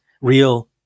real